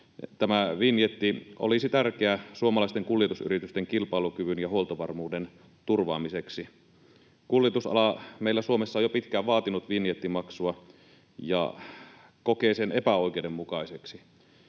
tämä vinjetti olisi tärkeä suomalaisten kuljetusyritysten kilpailukyvyn ja huoltovarmuuden turvaamiseksi. Kuljetusala on meillä Suomessa jo pitkään vaatinut vinjettimaksua ja kokee sen epäoikeudenmukaiseksi.